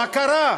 מה קרה?